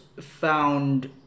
found